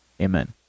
amen